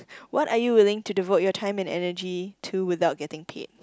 what are you willing to devote your time and energy to without getting paid